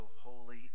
holy